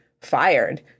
fired